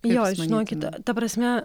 jo žinokit ta prasme